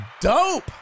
dope